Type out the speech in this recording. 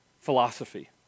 philosophy